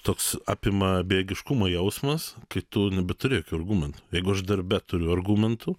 toks apima bejėgiškumo jausmas kai tu nebeturi argumentų jeigu aš darbe turiu argumentų